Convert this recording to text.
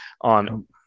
on